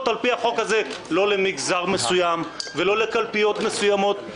לפי החוק הזה לא למגזר מסוים ולא לקלפיות מסוימות,